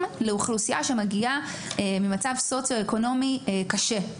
לאוכלוסייה שמגיעה ממצב סוציו-אקונומי קשה.